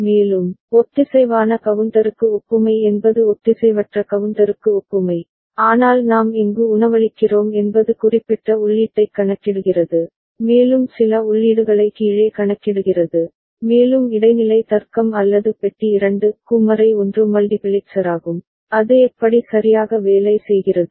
மேலும் ஒத்திசைவான கவுண்டருக்கு ஒப்புமை என்பது ஒத்திசைவற்ற கவுண்டருக்கு ஒப்புமை ஆனால் நாம் எங்கு உணவளிக்கிறோம் என்பது குறிப்பிட்ட உள்ளீட்டைக் கணக்கிடுகிறது மேலும் சில உள்ளீடுகளை கீழே கணக்கிடுகிறது மேலும் இடைநிலை தர்க்கம் அல்லது பெட்டி 2 க்கு 1 மல்டிபிளெக்சராகும் அது எப்படி சரியாக வேலை செய்கிறது